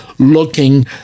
looking